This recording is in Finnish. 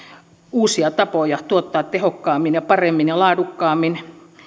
uusia tapoja tuottaa tehokkaammin ja paremmin ja laadukkaammin